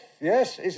yes